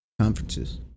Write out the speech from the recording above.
conferences